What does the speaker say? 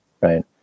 right